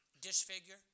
disfigure